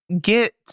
get